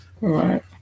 right